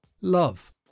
Love